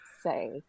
say